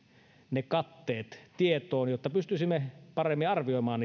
ne katteet tietoon jotta pystyisimme paremmin arvioimaan